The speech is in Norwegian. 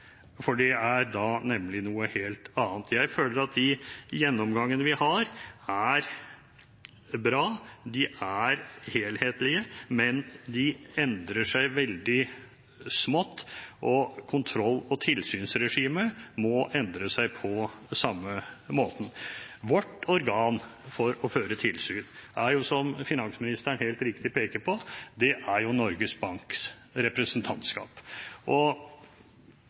og spørsmålet er da: Mener man at det skal være en helhetlig endring? Det er nemlig noe helt annet. Jeg føler at de gjennomgangene vi har, er bra. De er helhetlige, men de endrer seg veldig smått, og kontroll- og tilsynsregimet må endre seg på samme måten. Vårt organ for å føre tilsyn er, som finansministeren helt riktig peker på, Norges Banks representantskap.